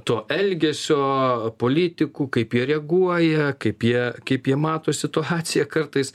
to elgesio politikų kaip jie reaguoja kaip jie kaip jie mato situaciją kartais